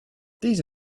these